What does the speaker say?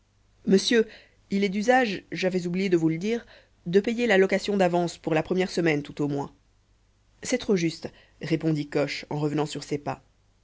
monsieur il est d'usage j'avais oublié de vous le dire de payer la location d'avance pour la première semaine tout au moins c'est trop juste répondit coche en revenant sur ses pas